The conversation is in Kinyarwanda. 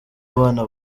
abana